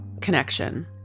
connection